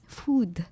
food